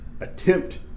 attempt